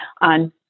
on